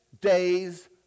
days